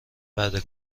بعده